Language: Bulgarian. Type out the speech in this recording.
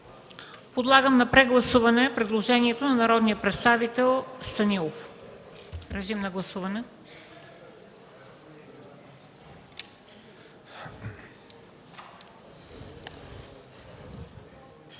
Подлагам на прегласуване предложението на народния представител Станилов. Гласували